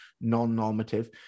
non-normative